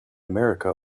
america